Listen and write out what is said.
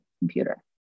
computer